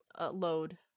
load